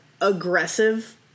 aggressive